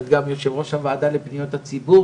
את גם יושב ראש הוועדה לפניות הציבור